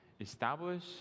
establish